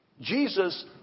Jesus